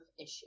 issue